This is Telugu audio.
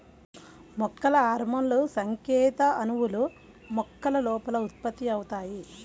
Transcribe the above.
మొక్కల హార్మోన్లుసంకేత అణువులు, మొక్కల లోపల ఉత్పత్తి అవుతాయి